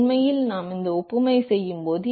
உண்மையில் நாம் இந்த ஒப்புமை செய்யும் போது